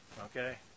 okay